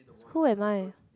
who am I